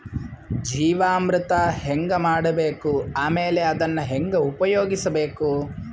ಜೀವಾಮೃತ ಹೆಂಗ ಮಾಡಬೇಕು ಆಮೇಲೆ ಅದನ್ನ ಹೆಂಗ ಉಪಯೋಗಿಸಬೇಕು?